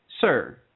Sir